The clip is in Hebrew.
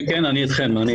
כן, אני איתכם.